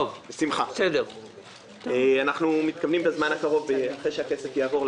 אחרי שהכסף יעבור,